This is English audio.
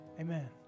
Amen